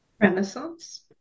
renaissance